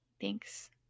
Thanks